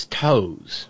toes